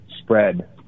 spread